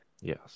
Yes